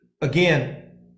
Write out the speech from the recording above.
again